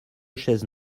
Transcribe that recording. chaises